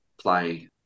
play